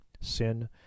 sin